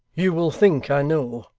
you will think, i know,